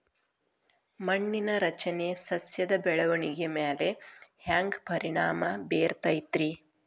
ಮಣ್ಣಿನ ರಚನೆ ಸಸ್ಯದ ಬೆಳವಣಿಗೆ ಮ್ಯಾಲೆ ಹ್ಯಾಂಗ್ ಪರಿಣಾಮ ಬೇರತೈತ್ರಿ?